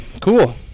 cool